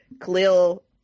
Khalil